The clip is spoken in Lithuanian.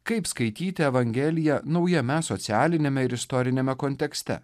kaip skaityti evangeliją naujame socialiniame ir istoriniame kontekste